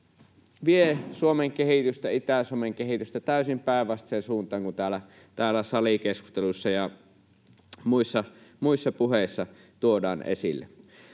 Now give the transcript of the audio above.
vie Suomen kehitystä, Itä-Suomen kehitystä täysin päinvastaiseen suuntaan kuin täällä salikeskusteluissa ja muissa puheissa tuodaan esille.